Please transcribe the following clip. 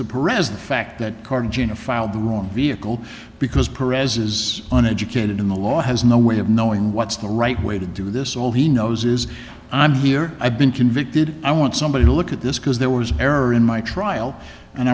perez the fact that cartagena filed the wrong vehicle because per as is an educated in the law has no way of knowing what's the right way to do this all he knows is i'm here i've been convicted i want somebody to look at this because there was an error in my trial and